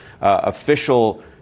official